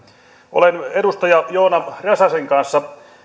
olen edustaja joona räsäsen kanssa